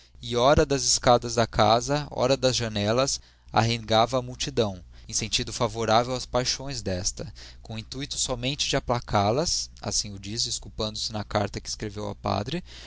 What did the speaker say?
e ora das escadas da casa ora das janellas arengava a multidão em sentido favorável ás paixões desta com o intuito somente de applacal as assim o diz desculpando-se na carta que escreveu ao padre